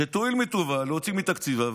שתואיל בטובה להוציא מתקציבה.